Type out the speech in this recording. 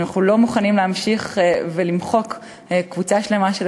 אנחנו לא מוכנים להמשיך למחוק קבוצה שלמה של